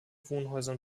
wohnhäusern